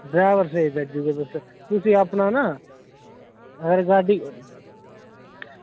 driver स्हेई भेजी ओड़गे तुसें अपना ना रिकार्डिग